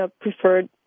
preferred